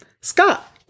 Scott